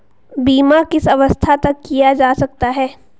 बीमा किस अवस्था तक किया जा सकता है?